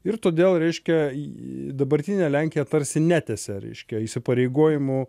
ir todėl reiškia į dabartinė lenkija tarsi netęsia reiškia įsipareigojimo